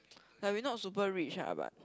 like we not super rich ah but